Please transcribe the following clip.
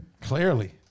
Clearly